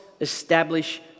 establish